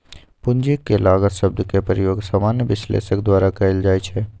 पूंजी के लागत शब्द के प्रयोग सामान्य विश्लेषक द्वारा कएल जाइ छइ